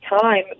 time